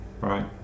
right